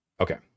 Okay